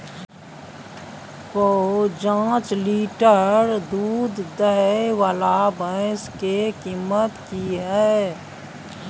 प जॉंच लीटर दूध दैय वाला भैंस के कीमत की हय?